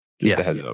Yes